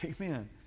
amen